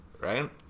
right